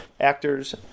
actors